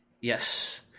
Yes